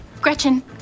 Gretchen